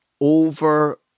over